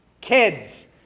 kids